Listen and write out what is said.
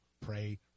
Pray